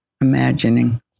imagining